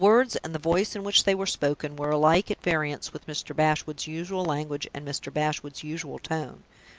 the words, and the voice in which they were spoken, were alike at variance with mr. bashwood's usual language and mr. bashwood's usual tone.